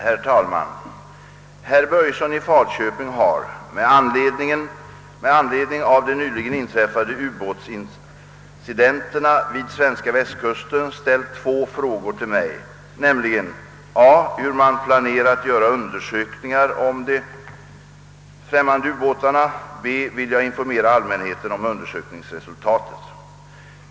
Herr talman! Herr Börjesson i Falköping har, med anledning av de nyligen inträffade ubåtsincidenterna vid svenska västkusten, ställt två frågor till mig, nämligen: a) Har man planerat göra undersökningar om de främmande ubåtarna? b) Vill jag informera allmänheten om undersökningsresultatet?